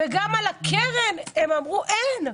וגם על הקרן הם אמרו: אין.